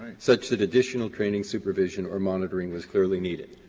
such that additional training, supervision or monitoring was clearly needed.